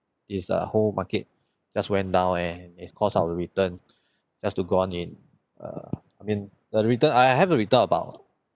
is a whole bucket just went down eh it cost our return just to go on in err I mean the return I I have a return about